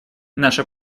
наша